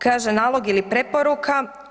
Kaže: „Nalog ili preporuka.